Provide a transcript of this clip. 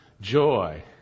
joy